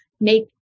make